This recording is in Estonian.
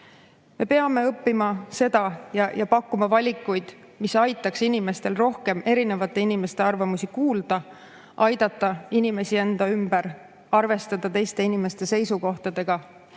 Me peame seda õppima ja pakkuma valikuid, mis aitaks kõigil rohkem erinevate inimeste arvamusi kuulda, aidata inimesi enda ümber, arvestada teiste inimeste seisukohtadega